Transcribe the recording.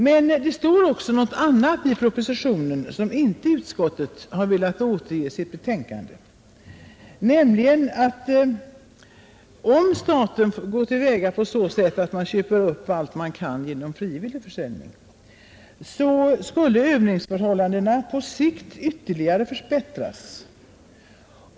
Men, herr talman, det står också något annat i propositionen som utskottet inte velat återge i betänkandet, nämligen att om staten köper allt man kan vid frivilliga försäljningar, så skulle övningsförhållandena på sikt ytterligare förbättras.